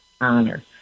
honor